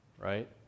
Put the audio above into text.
Right